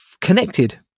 connected